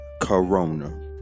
corona